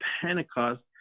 Pentecost